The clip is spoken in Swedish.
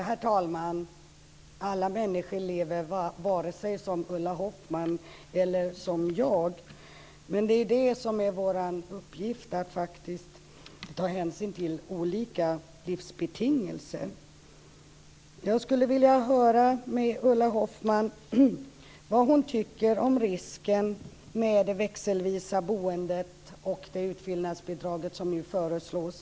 Herr talman! Nej, alla människor lever varken som Ulla Hoffmann eller som jag gör. Men det är vår uppgift att faktiskt ta hänsyn till olika livsbetingelser. Jag skulle vilja höra med Ulla Hoffmann vad hon tycker om risken med det växelvisa boende och det utfyllnadsbidrag som nu föreslås.